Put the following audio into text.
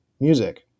music